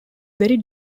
very